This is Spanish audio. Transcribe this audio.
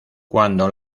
cuando